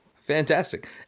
Fantastic